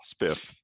spiff